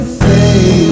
say